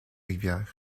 rivières